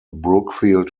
brookfield